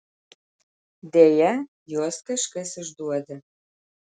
deja juos kažkas išduoda